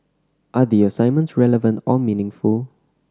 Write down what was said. are the assignments relevant or meaningful